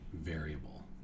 variable